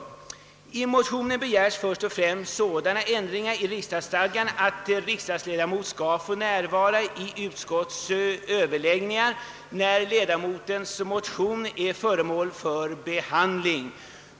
I motionerna begäres först och främst sådana ändringar i riksdagsstadgan att riksdagsledamot skall få närvara vid utskotts överläggningar när ledamotens egen motion behandlas.